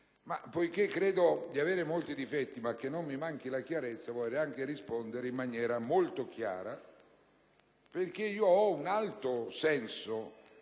Poiché credo di avere molti difetti, ma che non mi manchi la chiarezza, vorrei anche rispondere in maniera molto precisa. Avendo un alto senso